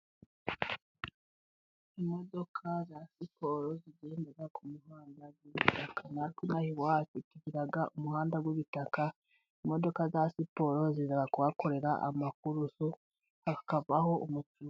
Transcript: Imodoka za siporo zigendera ku muhanda. Natwe inaha iwacu tugira umuhanda w'ubutaka imodoka za siporo ziza kuhakorera amakurusu hakabaho umupira.